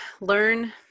learn